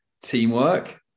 teamwork